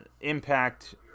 Impact